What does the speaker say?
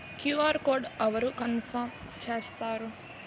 QR code అవరు confirm చేస్తారు?